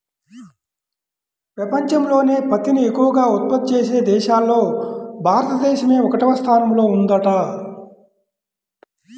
పెపంచంలోనే పత్తిని ఎక్కవగా ఉత్పత్తి చేసే దేశాల్లో భారతదేశమే ఒకటవ స్థానంలో ఉందంట